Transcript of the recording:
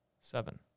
seven